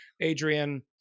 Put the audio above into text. adrian